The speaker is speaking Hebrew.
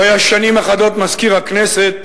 הוא היה שנים אחדות מזכיר הכנסת,